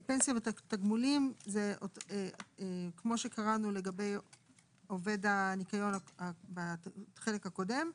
פנסיה ותגמולים זה כמו שקראנו לגבי עובד הניקיון בחלק הקודם,